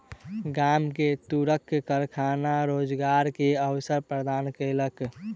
गाम में तूरक कारखाना रोजगार के अवसर प्रदान केलक